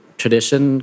tradition